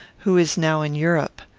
who is now in europe.